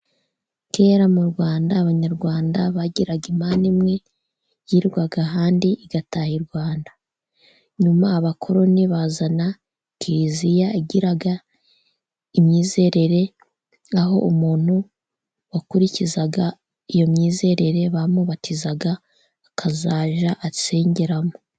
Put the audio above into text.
Kera mu Rwanda Abanyarwanda bagiraga Imana imwe yirirwaga ahandi igataha i Rwanda. Nyuma Abakoloni bazana kiliziya igira imyizerere aho umuntu wakurikizaga iyo myizerere, bamubatizaga akazajya asengeramo.